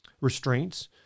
restraints